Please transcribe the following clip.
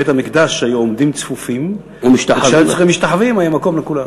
בבית-המקדש היו עומדים צפופים וכשהיו משתחווים היה מקום לכולם.